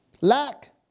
lack